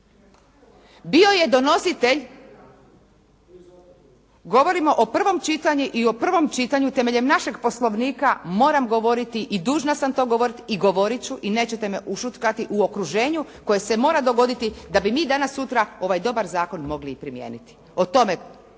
Bio je donositelj, govorim o prvom čitanju i o prvom čitanju temeljem našeg Poslovnika moram govoriti i dužna sam to govoriti i govoriti ću i nećete me ušutkati, u okruženju koje se mora dogoditi da bi mi danas-sutra ovaj dobar zakon mogli i primijeniti,